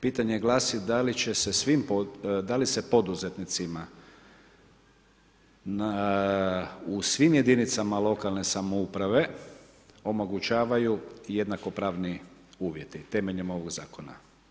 Pitanje glasi, da li će se svim, da li se poduzetnicima, u svim jedinicama lokalne samouprave omogućavaju jednako pravni uvjeti, temeljem ovog zakona?